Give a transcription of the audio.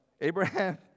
Abraham